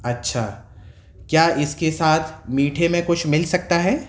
اچھا کیا اس کے ساتھ میٹھے میں کچھ مل سکتا ہے